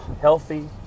healthy